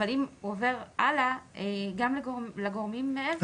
אבל האם הוא עובר הלאה גם לגורמים מעבר